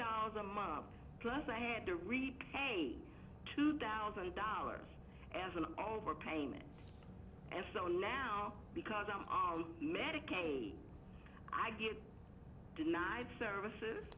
dollars a month plus i had to repay two thousand dollars as an overpayment and so now because of medicaid i get denied services